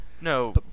no